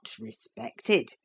respected